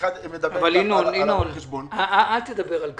אל תדבר על קבוע.